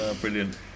brilliant